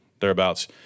thereabouts